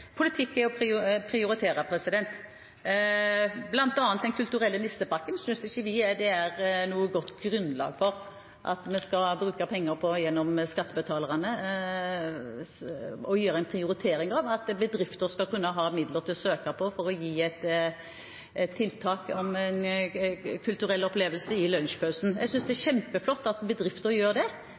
kulturelle nistepakken synes vi ikke det er noe godt grunnlag for at vi skal bruke penger fra skattebetalerne til, eller å prioritere at bedrifter skal kunne ha midler å søke på for å gi en kulturell opplevelse i lunsjpausen. Jeg synes det er kjempeflott at bedrifter gjør det,